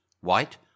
white